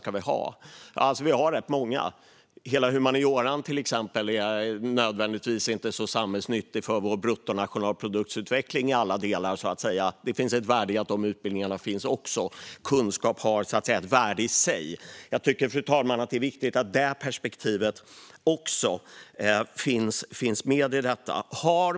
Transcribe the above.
Det finns rätt många. Hela området för humaniora är nödvändigtvis inte så samhällsnyttigt för utvecklingen av alla delar av bruttonationalprodukten, men det finns ett värde i att de utbildningarna också finns. Kunskap har ett värde i sig. Och det är viktigt, fru talman, att det perspektivet också finns med.